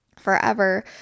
forever